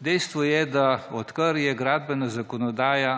dejstvo je, da odkar je gradbena zakonodaja,